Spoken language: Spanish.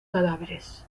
cadáveres